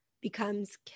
becomes